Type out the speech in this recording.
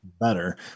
Better